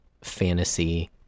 Fantasy